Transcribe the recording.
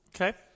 Okay